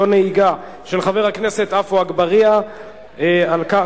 שלילת הזכאות לדמי הביטוח הלאומי עקב